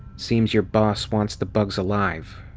seems your boss wants the bugs alive.